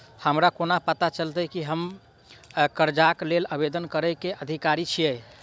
हमरा कोना पता चलतै की हम करजाक लेल आवेदन करै केँ अधिकारी छियै?